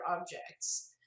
objects